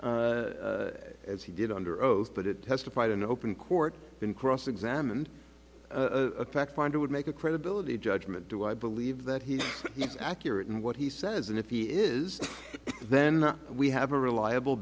testified as he did under oath but it testified in open court been cross examined a fact finder would make a credibility judgment do i believe that he is accurate in what he says and if he is then we have a reliable